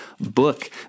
book